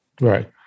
Right